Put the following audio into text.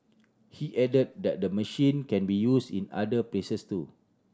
he added that the machine can be used in other places too